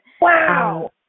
Wow